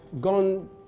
gone